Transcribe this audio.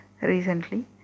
recently